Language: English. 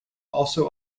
also